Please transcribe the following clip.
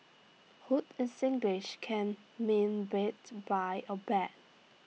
hoot in Singlish can mean beat buy or bet